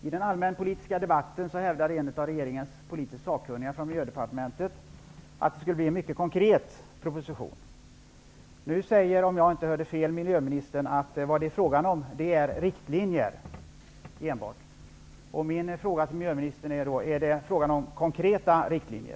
I den allmänpolitiska debatten hävdade en av regeringens politiskt sakkunniga från miljödepartementet att det skulle bli en mycket konkret proposition. Nu säger miljöministern, om jag inte hörde fel, att det enbart är fråga om riktlinjer. Då undrar jag om det är fråga om konkreta riktlinjer.